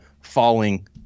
falling